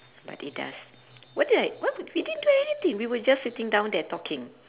but it does what did I what we didn't do anything we were just sitting down there talking